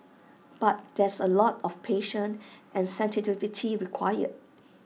but there's A lot of patience and sensitivity required